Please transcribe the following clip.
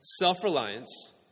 Self-reliance